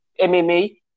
MMA